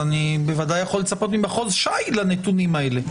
אני בוודאי יכול לצפות ממחוז ש"י לנתונים האלה,